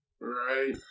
Right